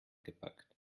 gepackt